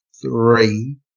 three